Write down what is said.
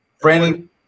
Brandon